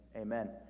amen